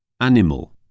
Animal